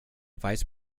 vice